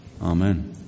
amen